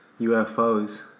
UFOs